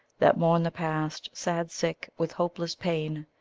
that mourn the past, sad-sick, with hopeless pain,